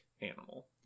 animal